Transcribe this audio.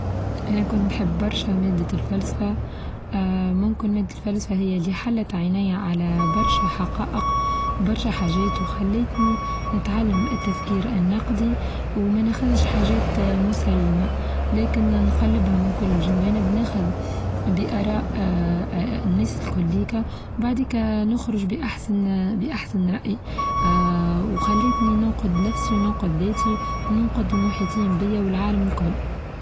أنا كنت نحب برشا مادة الفلسفة، ممكن مادة الفلسفة هي اللى حلة عيناى على برشا حقائق برشا حاچات وخلاتني نتعلم التفكير النقدي وما ناخدش حاچات مسلمة لكن نقلبها من كل الچوانب ناخد بآراء اه اه الناس الكوليكا وبعديكا نخرچ بأحسن آآ بأحسن رأي آآ وخلتني ننقد نفسي وننقود ذاتي ننقد المحيطين بيا والعالم الكل.